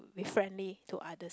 be friendly to others